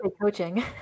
coaching